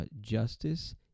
justice